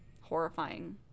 horrifying